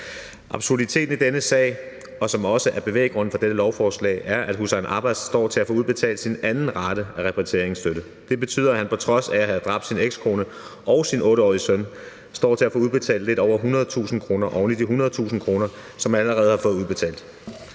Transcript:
Absurditeten i denne sag, som også er bevæggrunden for dette lovforslag, er, at Hussein Abbas står til at få udbetalt sin anden rate af repatrieringsstøtte. Det betyder, at han på trods af at have dræbt sin ekskone og sin 8-årige søn står til at få udbetalt lidt over 100.000 kr. oven i de 100.000 kr., som han allerede har fået udbetalt.